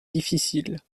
difficiles